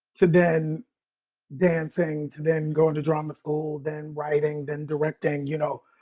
to then dancing to then go into drama school, then writing, then directing, you know,